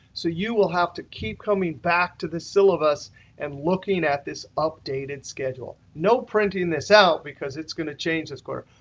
so you will have to keep coming back to the syllabus and looking at this updated schedule. no printing this out because it's going to change this quarter.